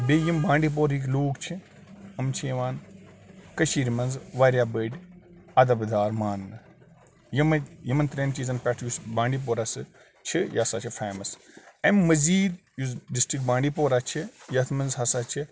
بیٚیہِ یِم بانڈی پورہٕکۍ لوٗکھ چھِ یِم چھِ یِوان کٔشیٖرِ منٛز واریاہ بٔڑۍ اَدَب دار مانٛنہٕ یِمَے یِمَن ترٛٮ۪ن چیٖزَن پٮ۪ٹھ یُس بانڈی پورہ سہٕ چھِ یہِ ہَسا چھِ فیمَس اَمہِ مٔزیٖد یُس ڈِسٹِرٛک بانڈی پورہ چھِ یَتھ منٛز ہَسا چھِ